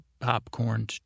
popcorn